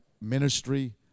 ministry